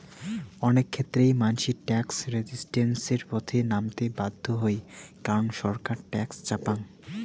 অনেক ক্ষেত্রেই মানসি ট্যাক্স রেজিস্ট্যান্সের পথে নামতে বাধ্য হই কারণ ছরকার ট্যাক্স চাপং